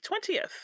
20th